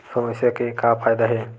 समस्या के का फ़ायदा हे?